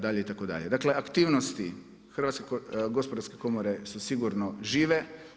Dakle, aktivnosti Hrvatske gospodarske komore su sigurno žive.